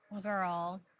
girl